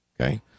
okay